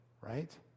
right